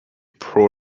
pro